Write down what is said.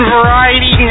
Variety